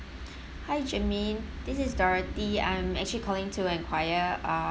hi germaine this is dorothy I'm actually calling to enquire uh